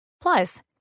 Plus